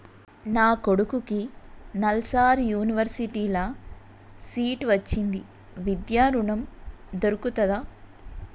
నా కొడుకుకి నల్సార్ యూనివర్సిటీ ల సీట్ వచ్చింది విద్య ఋణం దొర్కుతదా?